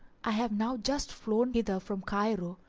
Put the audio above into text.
i have now just flown hither from cairo,